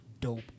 dope